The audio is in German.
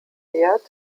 wert